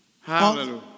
Hallelujah